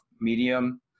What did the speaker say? medium